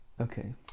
okay